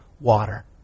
water